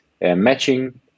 matching